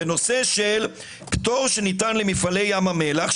בנושא פטור שניתן למפעלי ים המלח,